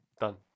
Done